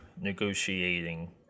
negotiating